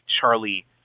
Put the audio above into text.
Charlie